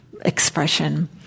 expression